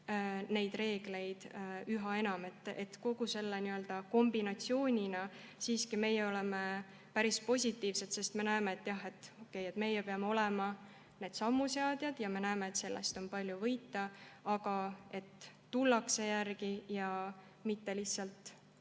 neid reegleid üha enam. Kõige selle kombinatsioonina oleme meie siiski päris positiivsed, sest me näeme, et jah, meie peame olema need sammuseadjad, ja me näeme, et sellest on palju võita. [Meile] tullakse järele ja mitte lihtsalt